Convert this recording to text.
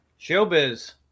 Showbiz